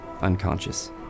unconscious